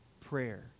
prayer